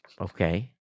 okay